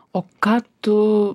o ką tu